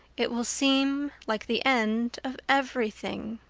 it will seem like the end of everything.